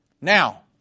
Now